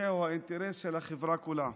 זהו האינטרס של החברה כולה.